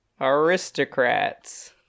Aristocrats